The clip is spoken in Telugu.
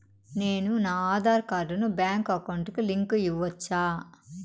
నేను నా ఆధార్ కార్డును బ్యాంకు అకౌంట్ కి లింకు ఇవ్వొచ్చా?